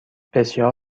بسیار